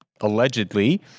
allegedly